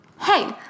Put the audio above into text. hey